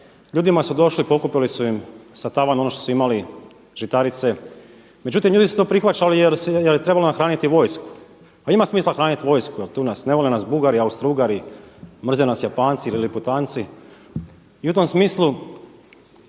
Ljudima su došli i pokupili su im sa tavana ono što su imali žitarice. Međutim, ljudi su to prihvaćali jer je trebalo nahraniti vojsku. A ima smisla hraniti vojsku jer tu nas, ne vole nas Bugari, Austrougari, mrze nas Japanci, … i u tom smislu